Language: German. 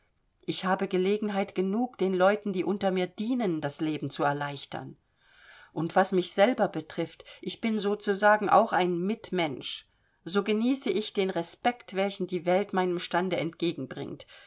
ich habe gelegenheit genug den leuten die unter mir dienen das leben zu erleichtern und was mich selber betrifft ich bin ja sozusagen auch ein mitmensch so genieße ich den respekt welchen die welt meinem stande entgegenbringt